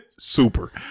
Super